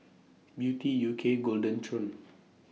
Beauty U K Golden Churn